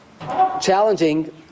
challenging